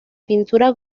pintura